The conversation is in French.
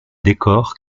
décor